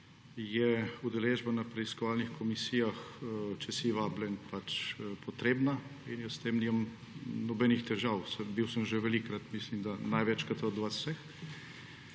je udeležba na preiskovalnih komisijah, če si vabljen, potrebna in jaz s tem nimam nobenih težav. Bil sem že velikokrat, mislim da največkrat od vas vseh